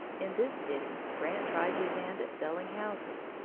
in this city grant tried his hand at selling houses,